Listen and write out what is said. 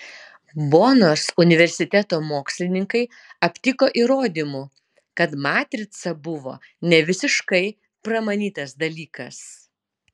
bonos universiteto mokslininkai aptiko įrodymų kad matrica buvo ne visiškai pramanytas dalykas